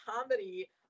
comedy